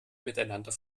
miteinander